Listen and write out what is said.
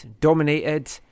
dominated